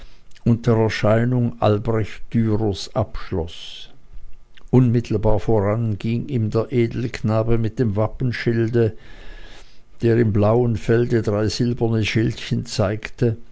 erscheinung albrecht dürers abschloß unmittelbar voran ging ihm der edelknabe mit dem wappenschilde der in blauem felde drei silberne schildchen zeigt